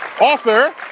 Author